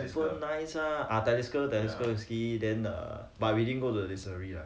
super nice ah talisker whisky but we didn't go the distillery lah